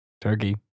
Turkey